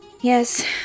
Yes